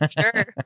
sure